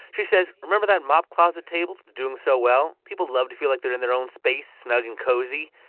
she says, remember that mop closet table that's doing so well? people love to feel like they're in their own space, snug and cozy.